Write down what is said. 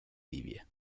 libia